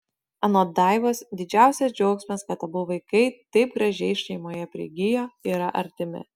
anot daivos didžiausias džiaugsmas kad abu vaikai taip gražiai šeimoje prigijo yra artimi